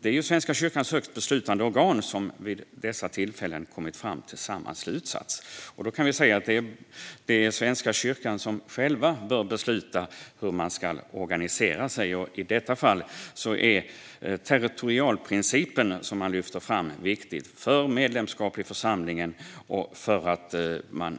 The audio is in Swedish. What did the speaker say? Det är Svenska kyrkans högsta beslutande organ som vid dessa tillfällen har kommit fram till samma slutsats. Det är alltså Svenska kyrkan som själv bör besluta hur man ska organisera sig. I detta fall är territorialprincipen, som lyfts fram, viktig för medlemskap i församlingen och för att man